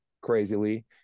crazily